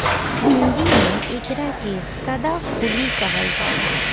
हिंदी में एकरा के सदाफुली कहल जाला